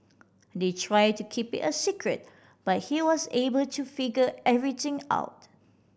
they tried to keep it a secret but he was able to figure everything out